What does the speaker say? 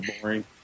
boring